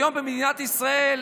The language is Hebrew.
היום יש במדינת ישראל